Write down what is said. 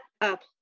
up